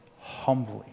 humbly